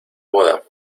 boda